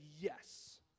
yes